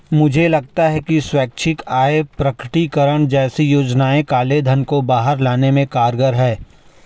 मुझे लगता है कि स्वैच्छिक आय प्रकटीकरण जैसी योजनाएं काले धन को बाहर लाने में कारगर हैं